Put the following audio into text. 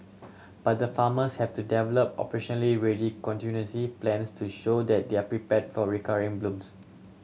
but the farmers have to develop operationally ready contingency plans to show that they are prepared for recurring blooms